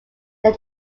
they